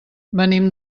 venim